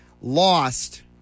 lost